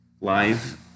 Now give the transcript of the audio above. live